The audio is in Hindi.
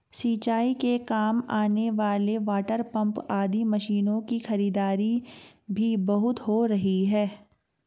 सिंचाई के काम आने वाले वाटरपम्प आदि मशीनों की खरीदारी भी बहुत हो रही है